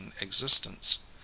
existence